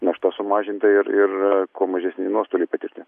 našta sumažinta ir ir kuo mažesni nuostoliai patirti